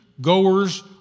goers